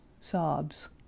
sobs